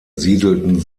siedelten